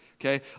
Okay